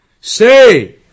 Say